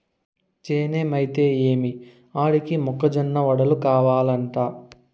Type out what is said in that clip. చేనేమైతే ఏమి ఆడికి మొక్క జొన్న వడలు కావలంట